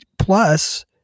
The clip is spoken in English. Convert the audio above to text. plus